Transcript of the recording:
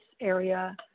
area